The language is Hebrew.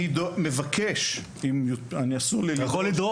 אני מבקש, אסור לי לדרוש --- אתה יכול לדרוש.